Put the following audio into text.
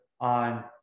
on